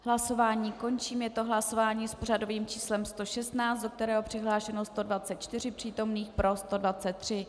Hlasování končím, je to hlasování s pořadovým číslem 116, do kterého je přihlášeno 124 přítomných, pro 123.